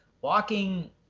walking